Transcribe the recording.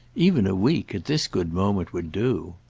even a week, at this good moment, would do.